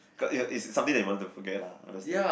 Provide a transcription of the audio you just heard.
is is something that you want to forget lah understand